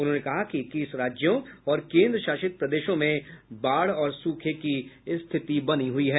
उन्होंने कहा कि इक्कीस राज्यों और केन्द्रशासित प्रदेशों में बाढ़ और सूखे की स्थिति है